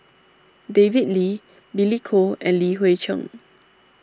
David Lee Billy Koh and Li Hui Cheng